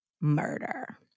murder